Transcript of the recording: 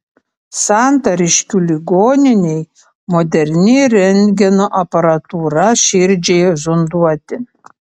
santariškių ligoninei moderni rentgeno aparatūra širdžiai zonduoti